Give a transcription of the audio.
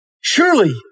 Surely